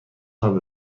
تان